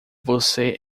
você